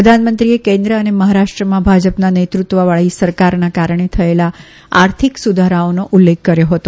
પ્રધાનમંત્રીએ કેન્દ્ર અને મહારાષ્ટ્રમાં ભાજપના નેતૃત્વવાળી સરકારના કારણે થયેલા આર્થિક સુધારાનો ઉલ્લેખ કર્યો હતો